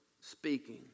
speaking